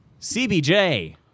CBJ